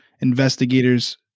investigators